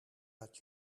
dat